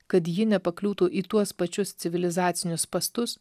kad ji nepakliūtų į tuos pačius civilizacinius spąstus